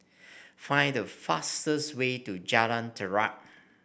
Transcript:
find the fastest way to Jalan Terap